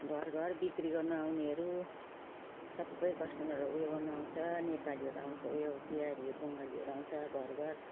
घरघर बिक्री गर्नु आउनेहरू सबै कस्टमरहरू उयो गर्नु आउँछ नेपालीहरू आउँछ उयो बिहारी बङ्गालीहरू आउँछ घरघर